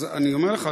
אז אני אומר לך,